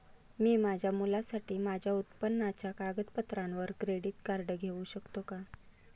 मी माझ्या मुलासाठी माझ्या उत्पन्नाच्या कागदपत्रांवर क्रेडिट कार्ड घेऊ शकतो का?